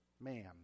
man